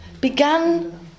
began